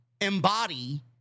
embody